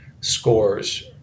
scores